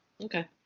okay